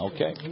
Okay